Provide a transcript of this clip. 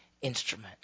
instrument